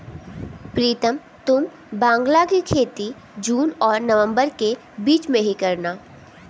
प्रीतम तुम बांग्ला की खेती जून और नवंबर के बीच में ही करना